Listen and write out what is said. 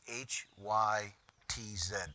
H-Y-T-Z